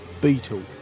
beetle